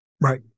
Right